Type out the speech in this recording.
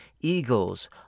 eagles